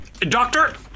Doctor